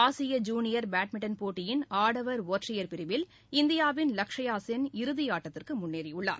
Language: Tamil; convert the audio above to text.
ஆசிய ஜூனியர் பேட்மிண்டன் போட்டியின் ஆடவர் ஒற்றையர் பிரிவில் இந்தியாவின் லக்சையா சென் இறுதி ஆட்டத்திற்கு முன்னேறியுள்ளார்